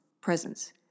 presence